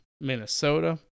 Minnesota